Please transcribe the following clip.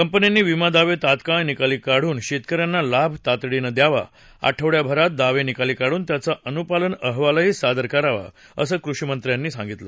कंपन्यांनी विमा दावे तत्काळ निकाली काढून शेतकऱ्यांना लाभ तातडीनं मिळावा आठवड्याभरात दावे निकाली काढतानाच त्याचा अनुपालन अहवालही सादर करावा असं कृषीमंत्र्यांनी सांगितलं